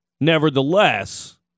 nevertheless